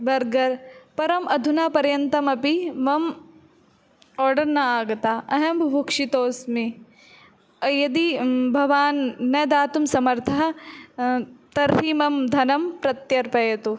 burger परम् अधुना पर्यन्तमपि मम आर्डर् न आगता अहं बुभुक्षितास्मि अ यदि भवान् न दातुं समर्थः तर्हि मम धनं प्रत्यर्पयतु